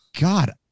God